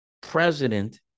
president